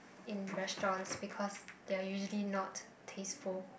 in restaurants because they are usually not tasteful